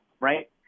right